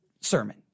sermon